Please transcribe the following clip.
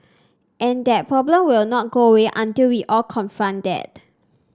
and that problem will not go away until we all confront that